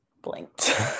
blinked